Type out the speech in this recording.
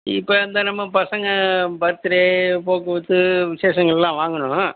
இப்போ இந்த நம்ம பசங்க பர்த்டே போக்குவரத்து விசேஷங்களுக்குலாம் வாங்கணும்